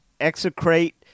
execrate